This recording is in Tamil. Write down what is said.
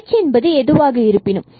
h என்பது எதுவாக இருப்பினும்